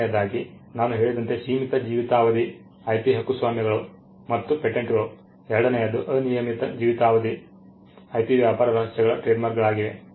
ಮೊದಲನೆಯದಾಗಿ ನಾನು ಹೇಳಿದಂತೆ ಸೀಮಿತ ಜೀವಿತಾವಧಿ IP ಹಕ್ಕುಸ್ವಾಮ್ಯಗಳು ಮತ್ತು ಪೇಟೆಂಟ್ಗಳು ಎರಡನೆಯದ್ದು ಅನಿಯಮಿತ ಜೀವಿತಾವಧಿ IP ವ್ಯಾಪಾರ ರಹಸ್ಯಗಳ ಟ್ರೇಡ್ಮಾರ್ಕ್ಗಳಾಗಿವೆ